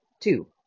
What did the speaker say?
two